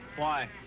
why?